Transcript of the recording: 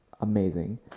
amazing